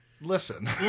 Listen